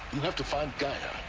you have to find gaia